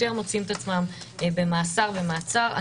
מוצאים עצמם יותר במאסר ובמעצר.